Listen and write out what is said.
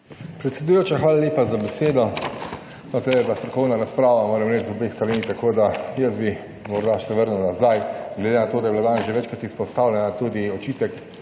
Predsedujoča, hvala lepa za besedo. Pa prej je bila strokovna razprava, moram reči, z obeh strani, tako da jaz bi morda se vrnil nazaj, glede na to, da je bila danes že večkrat izpostavljena tudi očitek,